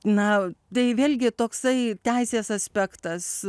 na tai vėlgi toksai teisės aspektas